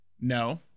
No